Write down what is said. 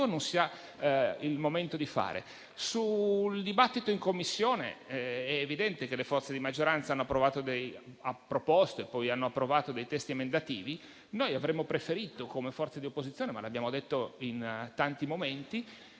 non sia il momento di fare. Sul dibattito in Commissione, è evidente che le forze di maggioranza hanno proposto e poi approvato dei testi emendativi. Noi avremmo preferito, come forze di opposizione (e lo abbiamo detto in tanti momenti)